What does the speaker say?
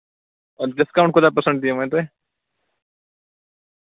سر discount کوٗتاہ percent دِیو وۅنۍ تُہۍ